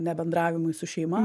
nebendravimui su šeima